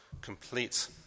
complete